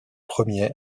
premiers